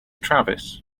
travis